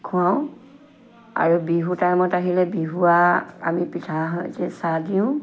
খুৱাওঁ আৰু বিহু টাইমত আহিলে বিহুৱা আমি পিঠাৰ সৈতে চাহ দিওঁ